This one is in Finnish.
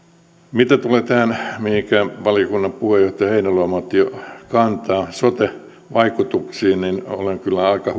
mitä tulee tähän mihinkä valiokunnan puheenjohtaja heinäluoma otti kantaa eli sote vaikutuksiin niin olen kyllä aika